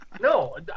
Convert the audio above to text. No